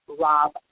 Rob